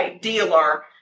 dealer